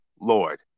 Lord